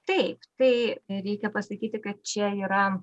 taip tai reikia pasakyti kad čia yra